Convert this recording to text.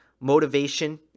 motivation